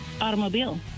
automobile